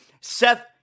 Seth